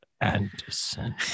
Anderson